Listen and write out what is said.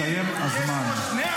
הסתיים הזמן.